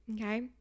okay